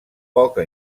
poca